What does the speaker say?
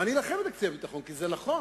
ואני אלחם בעד תקציב הביטחון כי זה נכון,